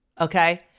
okay